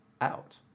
out